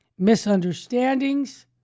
misunderstandings